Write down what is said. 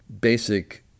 basic